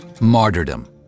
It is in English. martyrdom